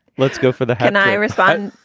let's go for the hand. i resign.